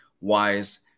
wise